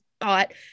thought